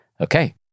Okay